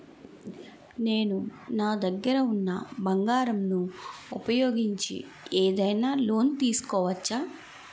నేను నా దగ్గర ఉన్న బంగారం ను ఉపయోగించి ఏదైనా లోన్ తీసుకోవచ్చా?